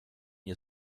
ihr